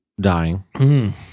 dying